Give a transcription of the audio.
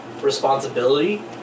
responsibility